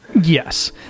Yes